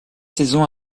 saisons